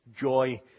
joy